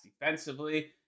defensively